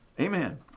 amen